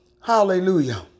Hallelujah